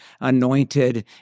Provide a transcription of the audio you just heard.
anointed